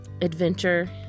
adventure